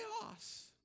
chaos